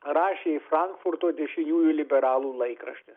rašė frankfurto dešiniųjų liberalų laikraštis